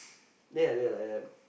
then I did like that